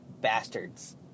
bastards